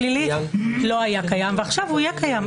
הרישום הפלילי לא היה קיים ועכשיו הוא יהיה קיים.